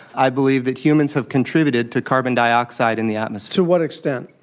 i believe that humans have contributed to carbon dioxide in the atmosphere. to what extent?